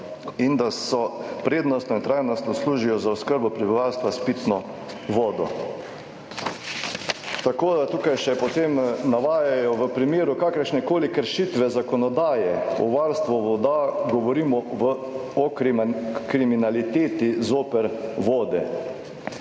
in da prednostno in trajnostno služijo za oskrbo prebivalstva s pitno vodo. Tako da, tukaj še potem navajajo, v primeru kakršnekoli kršitve zakonodaje o varstvu voda, govorimo o kriminaliteti zoper vode.